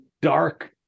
dark